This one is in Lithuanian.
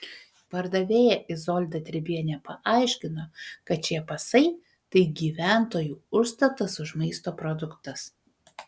pardavėja izolda tribienė paaiškino kad šie pasai tai gyventojų užstatas už maisto produktus